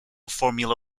formula